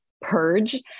purge